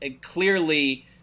clearly